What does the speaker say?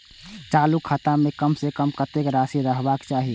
चालु खाता में कम से कम कतेक राशि रहबाक चाही?